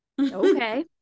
okay